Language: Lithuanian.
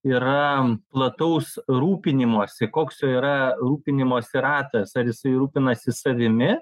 yra plataus rūpinimosi koks jo yra rūpinimosi ratas ar jisai rūpinasi savimi